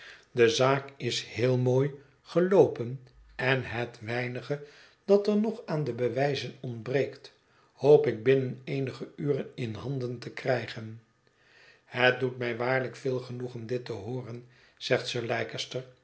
de zaak is heel mooi geloopen en het weinige dat er nog aan de bewijzen ontbreekt hoop ik binnen eenige uren in handen te krijgen het doet mij waarlijk veel genoegen dit te hooren zegt sir